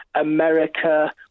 America